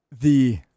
the-